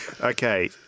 Okay